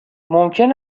ممکن